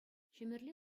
ҫӗмӗрле